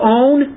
own